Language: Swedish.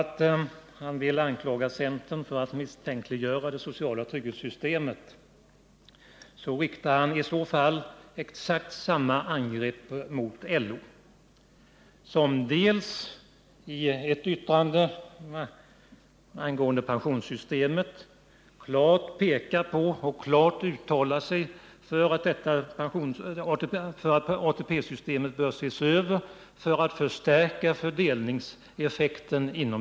Om han vill anklaga centern för att misstänkliggöra det sociala trygghetssystemet, riktar han i så fall exakt samma angrepp mot LO, som i ett yttrande angående pensionssystemet klart uttalar sig för att man bör se över ATP-systemet för att förstärka dess fördelningseffekt.